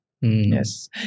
yes